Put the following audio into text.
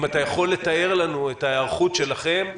אם אתה יכול לתאר לנו את ההיערכות שלכם,